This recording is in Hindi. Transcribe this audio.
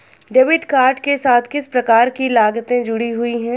डेबिट कार्ड के साथ किस प्रकार की लागतें जुड़ी हुई हैं?